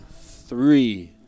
Three